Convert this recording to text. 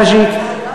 קאז'יק.